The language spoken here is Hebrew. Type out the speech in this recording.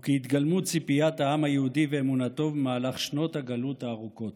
וכהתגלמות ציפיית העם היהודי ואמונתו במהלך שנות הגלות הארוכות.